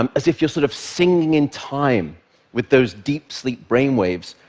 um as if you're sort of singing in time with those deep-sleep brainwaves,